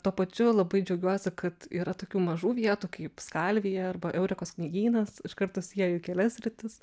tuo pačiu labai džiaugiuosi kad yra tokių mažų vietų kaip skalvija arba eurikos knygynas iš karto sieju kelias sritis